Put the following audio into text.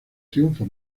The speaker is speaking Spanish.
triunfo